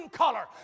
color